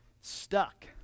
stuck